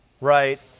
right